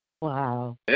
Wow